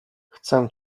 chcę